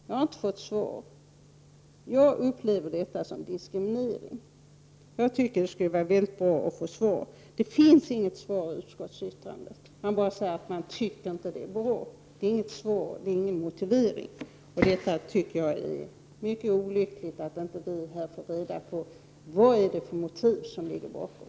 Jag har inte fått svar, och jag upplever detta som diskriminering. Det finns inget svar i utskottets yttrande. Det framgår endast att utskottet inte tycker att det är bra. Det är inget svar, och det är ingen motivering. Det är olyckligt att vi inte här kan få reda på vad det är för motiv som ligger bakom.